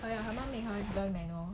好像 make her drive manual